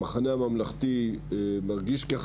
המחנה הממלכתי מרגיש ככה.